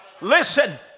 Listen